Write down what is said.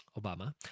Obama